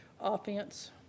offense